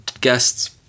guests